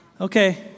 Okay